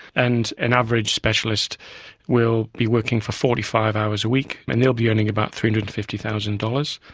and an average specialist will be working for forty five hours a week, and they'll be earning about three hundred and fifty thousand dollars.